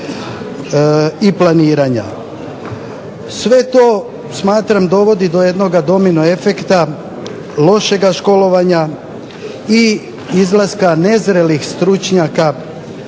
i planiranja. Sve to smatram dovodi do jednoga domino efekta, lošega školovanja i izlaska nezrelih stručnjaka